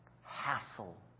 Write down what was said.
hassle